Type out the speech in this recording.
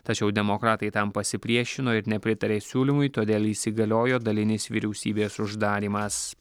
tačiau demokratai tam pasipriešino ir nepritarė siūlymui todėl įsigaliojo dalinis vyriausybės uždarymas